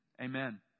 Amen